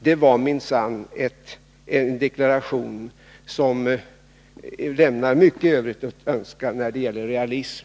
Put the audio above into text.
Det var minsann en deklaration som lämnade mycket övrigt att önska när det gäller realism.